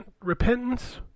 Repentance